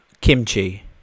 kimchi